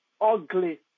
ugly